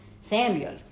Samuel